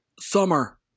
Summer